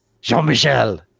Jean-Michel